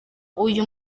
uyu